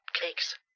cakes